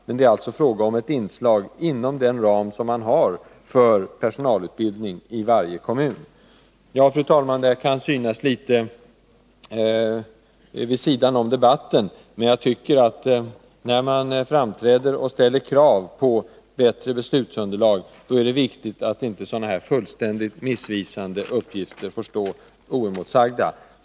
Men det är alltså fråga om ett inslag inom den ram Onsdagen den man har för personalutbildning i varje kommun. 18 hovember 1981 Ja, fru talman, det här kan synas ligga litet vid sidan av debatten. Men när man ställer krav på bättre beslutsunderlag, är det rimligt att inte sådana här fullständigt missvisande uppgifter får stå oemotsagda.